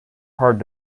hard